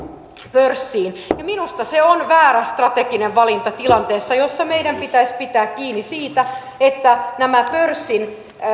pörssiin minusta se on väärä strateginen valinta tilanteessa jossa meidän pitäisi pitää kiinni siitä että pörssin